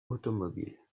automobile